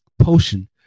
potion